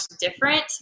different